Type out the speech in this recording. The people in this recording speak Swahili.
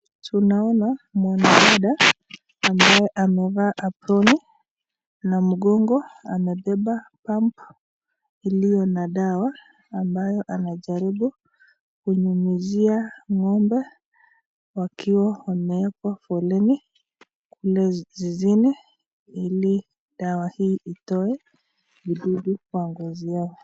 Tunaona mwanadada ambaye amevaa aproni na mgongo amebeba pump iliyo na dawa ambayo anajaribu kunyinyizia ng'ombe wakiwa wameekwa foleni kule zizini ili dawa hii itoe vidudu kwa ngozi yao.